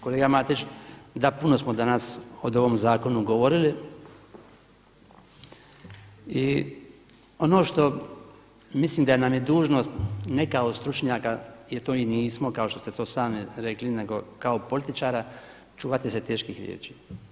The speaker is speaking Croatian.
Kolega Matić, da, puno smo danas o ovom zakonu govorili i ono što mislim da nam je dužnost ne kao stručnjaka jer to i nismo kao što ste to sami rekli nego kao političara čuvati se teških riječi.